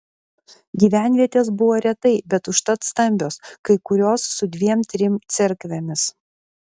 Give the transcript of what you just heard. gyvenvietės buvo retai bet užtat stambios kai kurios su dviem trim cerkvėmis